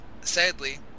Sadly